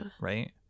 Right